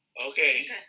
Okay